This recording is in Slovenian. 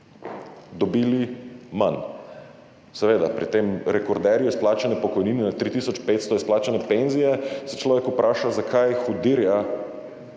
dobili manj. Seveda, pri tem rekorderju izplačane pokojnine, na 3 tisoč 500 izplačane penzije se človek vpraša, zakaj hudirja